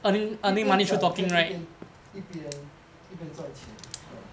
一边讲可以一边一边一边赚钱 uh